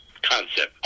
concept